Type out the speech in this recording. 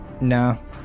No